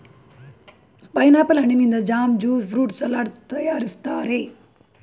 pineapple ಹಣ್ಣಿನಿಂದ jam, juice fruit salad ತರಯಾರಿಸ್ತರೆ